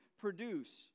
produce